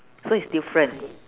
so it's different